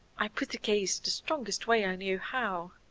i put the case the strongest way i knew how.